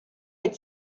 had